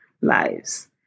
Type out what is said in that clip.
lives